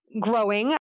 growing